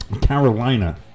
Carolina